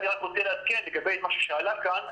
אני רק רוצה לעדכן לגבי משהו שעלה כאן,